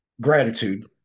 Gratitude